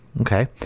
Okay